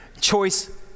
choice